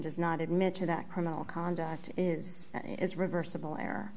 does not admit to that criminal conduct is that is reversible